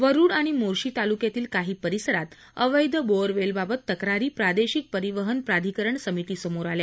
वरूड आणि मोर्शी तालुक्यातील काही परिसरात अवैध बोअरवेलबाबत तक्रारी प्रादेशिक परिवहन प्राधिकरण समितीसमोर आल्या